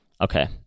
Okay